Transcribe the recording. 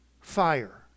fire